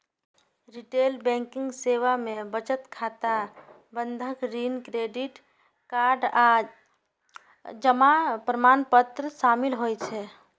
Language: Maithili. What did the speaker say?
रिटेल बैंकिंग सेवा मे बचत खाता, बंधक, ऋण, क्रेडिट कार्ड आ जमा प्रमाणपत्र शामिल होइ छै